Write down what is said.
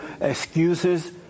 excuses